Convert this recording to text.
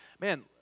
man